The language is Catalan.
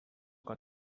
que